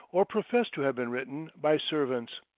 or professed to have been written, by servants.